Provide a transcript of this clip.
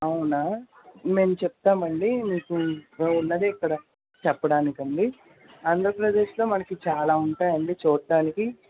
అవునా మేము చెప్తామండి మీకు మేమున్నదే ఇక్కడ చెప్పడానికండి ఆంధ్రప్రదేశ్లో మనకి చాలా ఉంటాయండి చూడటానికి